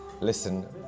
listen